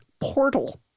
portal